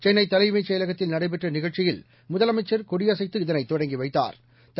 சென்னை தலைமைச் செயலகத்தில் நடைபெற்ற நிகழ்ச்சியில் முதலமைச்ச் கொடியசைத்து இதனை தொடங்கி வைத்தாா்